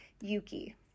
Yuki